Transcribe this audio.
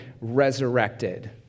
resurrected